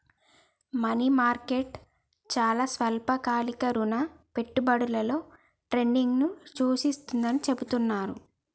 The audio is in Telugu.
మనీ మార్కెట్ చాలా స్వల్పకాలిక రుణ పెట్టుబడులలో ట్రేడింగ్ను సూచిస్తుందని చెబుతున్నరు